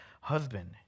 husband